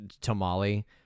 tamale